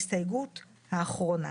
אה ההסתייגות הקודמת,